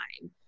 time